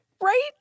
Right